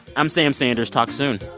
i'm sam sanders. talk soon